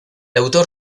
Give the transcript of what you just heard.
autor